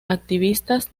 activistas